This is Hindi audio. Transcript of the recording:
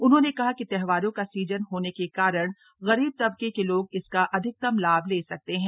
उन्होंने कहा कि त्योहार का सीजन होने के कारण गरीब तबके के लोग इसका अधिकतम लाभ ले सकते हैं